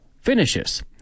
finishes